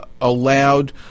allowed